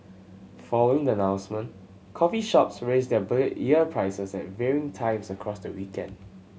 following the announcement coffee shops raised their beer year prices at varying times across the weekend